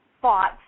thoughts